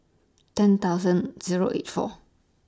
ten thousand Zero eight four